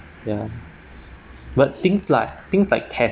ya but things like things like tes~